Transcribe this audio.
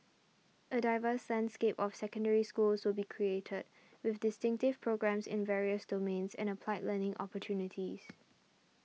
a diverse landscape of Secondary Schools will be created with distinctive programmes in various domains and applied learning opportunities